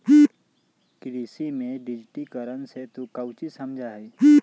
कृषि में डिजिटिकरण से तू काउची समझा हीं?